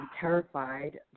terrified